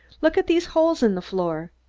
look at these holes in the floor!